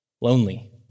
lonely